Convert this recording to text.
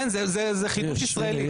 אין זה חידוש ישראלי,